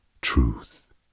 truth